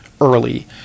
early